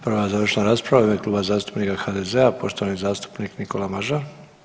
Prva završna rasprava u ime Kluba zastupnika HDZ-a poštovani zastupnik Nikola Mažar.